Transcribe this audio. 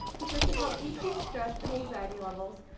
since they can help decrease stress and anxiety levels,